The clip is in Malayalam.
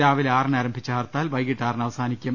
രാവിലെ ആറിനാരംഭിച്ച ഹർത്താൽ വൈകീട്ട് ആറിന് അവസാനിക്കും